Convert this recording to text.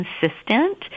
consistent